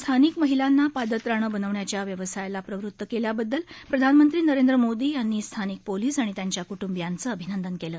स्थानिक महिलांना पादत्राणे बनवण्याच्या व्यवसायाला प्रवृत्त केल्याबद्दल प्रधानमंत्री नरेंद्र मोदी यांनी स्थानिक पोलीस आणि त्यांच्या कु बियांचं अभिनंदन केलं